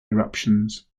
eruptions